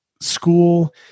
school